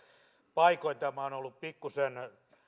paikoin tämä on ollut pikkuisen